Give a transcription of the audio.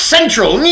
Central